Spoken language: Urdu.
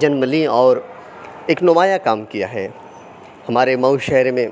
جنم لی اور ایک نمایاں کام کیا ہے ہمارے مئو شہر میں